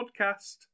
podcast